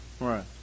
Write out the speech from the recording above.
Right